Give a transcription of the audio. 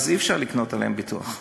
ואז אי-אפשר לקנות להם ביטוח.